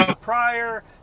prior